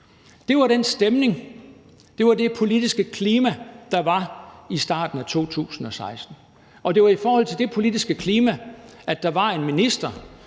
Det var den stemning, det var det politiske klima, der var i starten af 2016, og det var i forhold til det politiske klima, at der var en minister,